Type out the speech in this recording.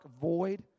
void